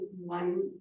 one